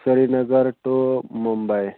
سرینگر ٹُہ مُمبَے